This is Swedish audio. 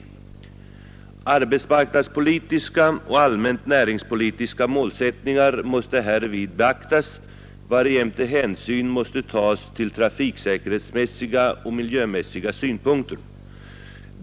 Arbetsmarknadspolitiska och allmänt näringspolitiska målsättningar måste härvid beaktas varjämte hänsyn måste tas till trafiksäkerhetsmässiga och miljömässiga synpunkter.